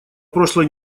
прошлой